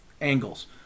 angles